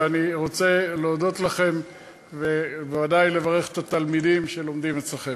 ואני רוצה להודות לכם וודאי לברך את התלמידים שלומדים אצלכם.